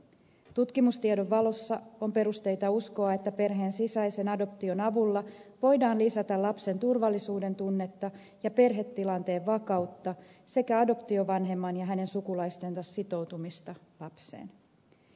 tutkimustiedon valossa on perusteita uskoa että perheen sisäisen adoption avulla voidaan lisätä lapsen turvallisuudentunnetta ja perhetilanteen vakautta sekä adoptiovanhemman ja hänen sukulaistensa sitoutumista lapseen